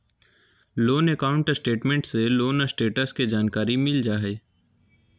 loan account statement से loan status के जानकारी मिल जा हय